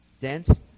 Dense